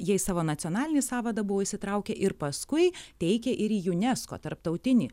jie į savo nacionalinį sąvadą buvo įsitraukę ir paskui teikė ir į junesko tarptautinį